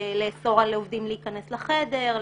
לאסור על עובדים להיכנס לחדר,